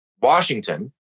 Washington